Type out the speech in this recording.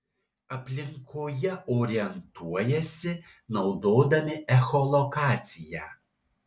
aplinkoje orientuojasi naudodami echolokaciją